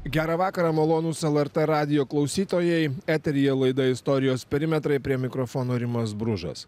gerą vakarą malonūs lrt radijo klausytojai eteryje laida istorijos perimetrai prie mikrofono rimas bružas